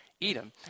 Edom